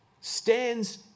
stands